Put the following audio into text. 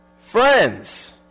Friends